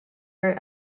per